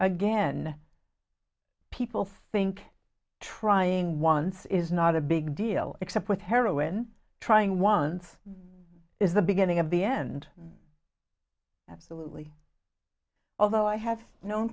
again people think trying once is not a big deal except with heroin trying once is the beginning of the end absolutely although i have known